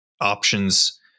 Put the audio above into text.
options